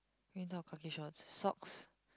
khaki shorts socks